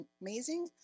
amazing